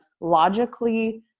logically